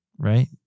right